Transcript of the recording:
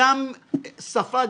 אני גם לא אאפשר